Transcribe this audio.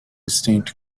distinct